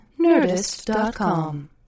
Nerdist.com